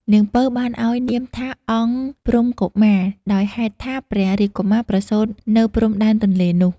នាង ពៅ បានឲ្យនាមថា អង្គព្រំកុមារ ដោយហេតុថា ព្រះរាជកុមារប្រសូត៍នៅព្រំដែនទនេ្លនោះ។